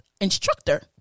instructor